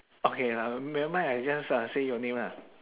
okay uh nevermind I just uh say your name ah